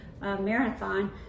marathon